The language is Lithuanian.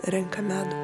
renka medų